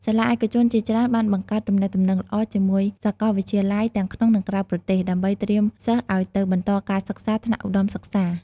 សាលាឯកជនជាច្រើនបានបង្កើតទំនាក់ទំនងល្អជាមួយសាកលវិទ្យាល័យទាំងក្នុងនិងក្រៅប្រទេស ដើម្បីត្រៀមសិស្សឱ្យទៅបន្តការសិក្សាថ្នាក់ឧត្តមសិក្សា។